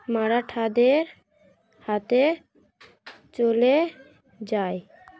মারাঠাদের হাতে চলে যায়